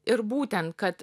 ir būtent kad